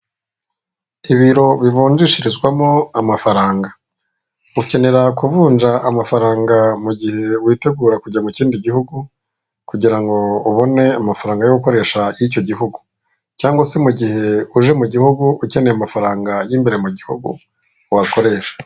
Ibiro bivunjishirizwamo amafaranga ukenera kuvunja amafaranga mu gihe witegura kujya mu kindi gihugu kugira ngo ubone amafaranga yo gukoresha y'icyo gihugu, cyangwa se mu gihe uje mu gihugu ukeneye amafaranga y'imbere mu gihugu wakoresha.